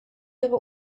ihre